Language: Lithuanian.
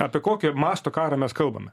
apie kokio masto karą mes kalbame